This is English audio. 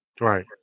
right